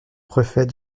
préfet